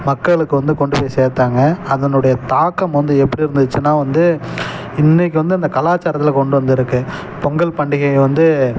மக்களுக்கு வந்து கொண்டு போய் சேர்த்தாங்க அதனுடைய தாக்கம் வந்து எப்படி இருந்துச்சின்னால் வந்து இன்றைக்கி வந்து அந்த கலாச்சாரத்தில் கொண்டு வந்திருக்கு பொங்கல் பண்டிகையை வந்து